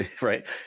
right